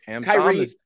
Kyrie